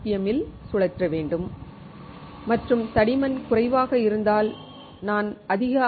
எம்மில் சுழற்ற வேண்டும் மற்றும் தடிமன் குறைவாக இருந்தால் நான் அதிக ஆர்